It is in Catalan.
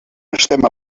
estem